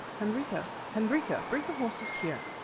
hendrika, hendrika, bring the horses here!